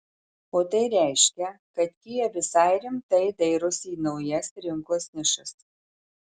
o tai reiškia kad kia visai rimtai dairosi į naujas rinkos nišas